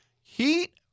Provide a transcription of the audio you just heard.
Heat